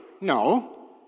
No